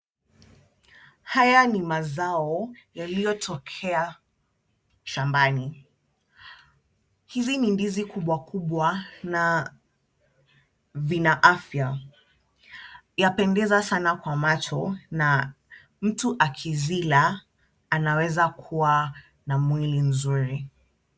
Haya ni mazao yaliyotokea shambani. Hizi ni ndizi kubwa kubwa na vina afya. Yapendeza sana kwa macho na mtu akizila, anaweza kuwa na mwili nzuri.